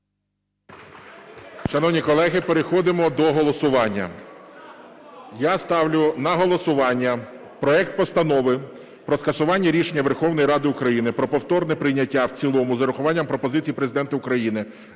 Шановні колеги, переходимо до голосування. Я ставлю на голосування проект Постанови про скасування рішення Верховної Ради України про повторне прийняття в цілому з урахуванням пропозицій Президента України